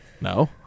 No